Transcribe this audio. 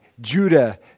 Judah